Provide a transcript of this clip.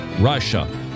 Russia